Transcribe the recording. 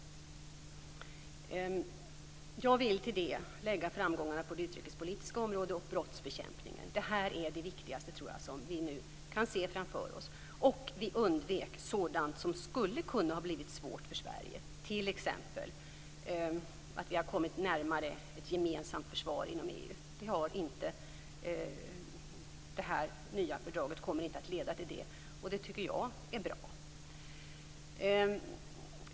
Jag vill till det lägga framgångarna på det utrikespolitiska området och brottsbekämpningen. Jag tror att det är det viktigaste som vi kan se framför oss. Vi undvek sådant som skulle ha kunnat bli svårt för Sverige, t.ex. att vi har kommit närmare ett gemensamt försvar inom EU. Det nya fördraget kommer inte att leda till det. Det tycker jag är bra.